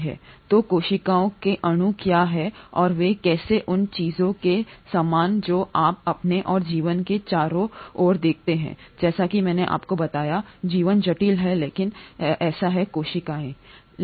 तो कोशिकाओं के गुण क्या हैं और वे कैसे हैं उन चीजों के समान जो आप अपने और जीवन के चारों ओर देखते हैं जैसा कि मैंने आपको बताया जीवन जटिल है लेकिन ऐसा है कोशिकाएं हैं